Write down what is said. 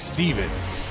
Stevens